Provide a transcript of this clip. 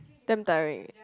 damn tiring